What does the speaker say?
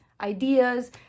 ideas